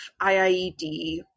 IIED